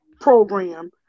program